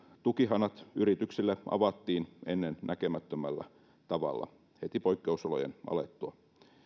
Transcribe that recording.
tukihanat yrityksille avattiin ennennäkemättömällä tavalla heti poikkeusolojen alettua